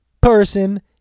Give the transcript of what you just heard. person